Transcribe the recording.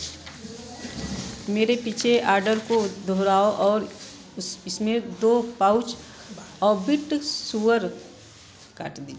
मेरे पिछले आर्डर को दोहराएँ और इसमें दो पाउच ऑर्बिट सुअर काट दीजिए